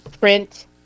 print